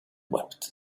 wept